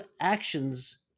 actions